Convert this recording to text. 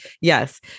Yes